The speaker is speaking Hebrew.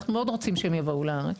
אנחנו מאוד רוצים שהן יבואו לארץ,